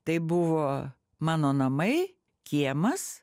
tai buvo mano namai kiemas